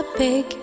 big